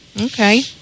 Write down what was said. Okay